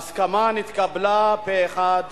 ההסכמה נתקבלה פה-אחד